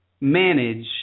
manage